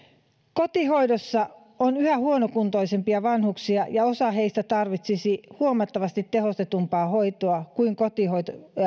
kotihoidossa on yhä huonokuntoisempia vanhuksia ja osa heistä tarvitsisi huomattavasti tehostetumpaa hoitoa